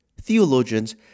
Theologians